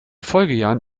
folgejahren